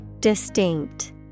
distinct